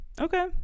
okay